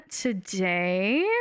today